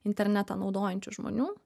internetą naudojančių žmonių